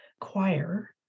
choir